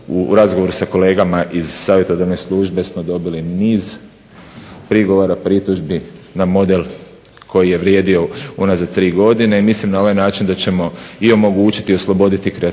U razgovoru sa kolegama iz savjetodavne službe smo dobili niz prigovora, pritužbi na model koji je vrijedio unazad tri godine i mislim na ovaj način da ćemo i omogućiti i osloboditi kreativnost